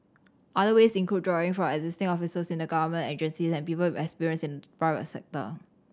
other ways include drawing from existing officers in the government agencies and people with experience in the private sector